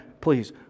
please